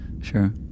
Sure